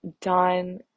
done